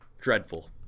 dreadful